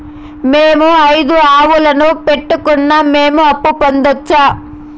మేము ఐదు ఆవులని పెట్టుకున్నాం, మేము అప్పు పొందొచ్చా